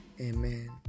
amen